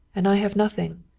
and i have nothing!